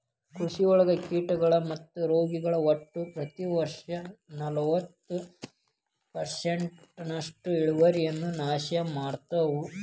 ಕೃಷಿಯೊಳಗ ಕೇಟಗಳು ಮತ್ತು ರೋಗಗಳು ಒಟ್ಟ ಪ್ರತಿ ವರ್ಷನಲವತ್ತು ಪರ್ಸೆಂಟ್ನಷ್ಟು ಇಳುವರಿಯನ್ನ ನಾಶ ಮಾಡ್ತಾವ